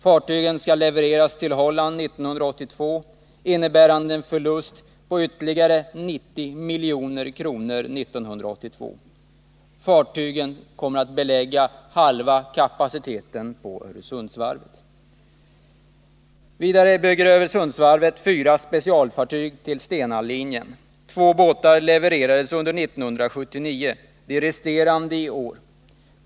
Fartygen skall levereras till Holland 1982, och den leveransen innebär en förlust på ytterligare 90 milj.kr. Fartygen kommer att belägga halva kapaciteten på Öresundsvarvet. Vidare byggde Öresundsvarvet fyra specialfartyg till Stena Line AB. Två båtar levererades under 1979, de resterande i år.